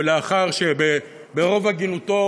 ולאחר שברוב הגינותו,